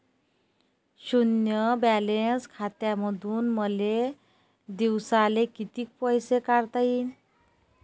शुन्य बॅलन्स खात्यामंधून मले दिवसाले कितीक पैसे काढता येईन?